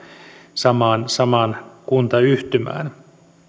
samaan samaan kuntayhtymään